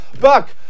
Buck